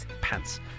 Pants